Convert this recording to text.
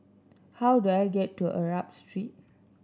how do I get to Arab Street